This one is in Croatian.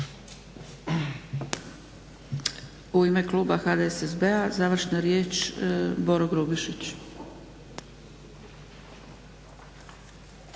U ime kluba HDSSB-a završna riječ Boro Grubišić.